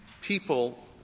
people